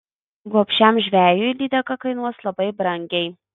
gobšiam žvejui lydeka kainuos labai brangiai